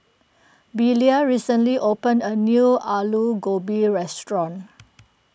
Belia recently opened a new Alu Gobi restaurant